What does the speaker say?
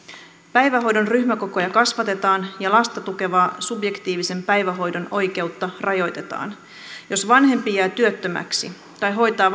päivähoidon ryhmäkokoja kasvatetaan ja lasta tukevaa subjektiivisen päivähoidon oikeutta rajoitetaan jos vanhempi jää työttömäksi tai hoitaa